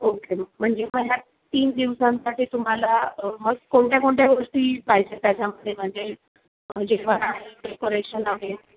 okay मग म्हणजे मग ह्या तीन दिवसांसाठी तुम्हाला मग कोणत्या कोणत्या गोष्टी पाहिजेत त्याच्यामध्ये म्हणजे जेव्हा डेकोरेशन आहे